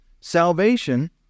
Salvation